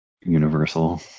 universal